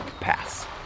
Pass